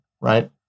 right